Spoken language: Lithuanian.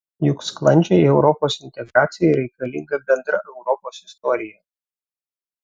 juk sklandžiai europos integracijai reikalinga bendra europos istorija